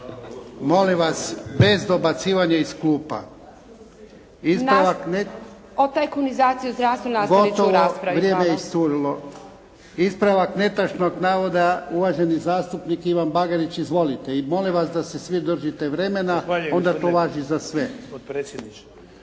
**Jarnjak, Ivan (HDZ)** Gotovo, vrijeme je iscurilo. Ispravak netočnog navoda, uvaženi zastupnik Ivan Bagarić. Izvolite. I molim vas da se svi držite vremena. Onda to važi za sve.